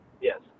yes